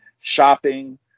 shopping